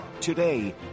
Today